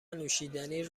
نوشیدنی